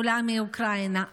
עולה מאוקראינה,